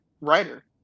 writer